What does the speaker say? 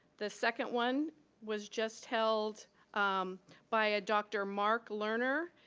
the second one was just held by a dr. mark learner.